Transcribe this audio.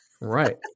Right